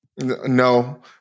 No